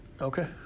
Okay